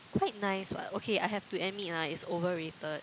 quite nice what okay I have to admit lah it's overrated